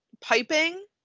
piping